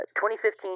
2015